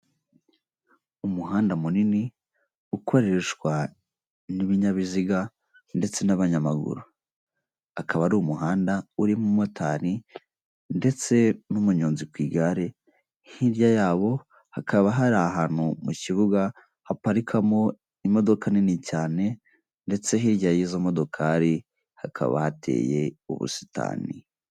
Umuhanda munini ukoreshwa n'ibinyabiziga ndetse n'abanyamaguru, akaba ari umuhanda urimo umumotari ndetse n'umunyonzi ku igare, hirya yabo hakaba hari ahantu mu kibuga haparikamo imodoka nini cyane ndetse hirya y'izo modokari hakaba hateye ubusitani.